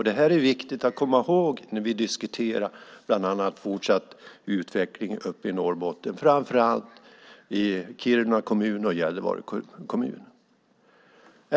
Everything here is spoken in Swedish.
Det är viktigt att komma ihåg detta när vi diskuterar bland annat fortsatt utveckling uppe i Norrbotten, framför allt i Kiruna kommun och Gällivare kommun.